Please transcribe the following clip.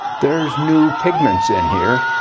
there's new pigments in here.